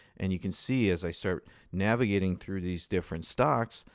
and you can see as i start navigating through these different stocks,